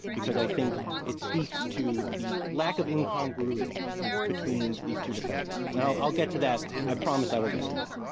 because i think it speaks to the lack of incongruity between these two defenses. and i'll i'll get to that i i will get to that.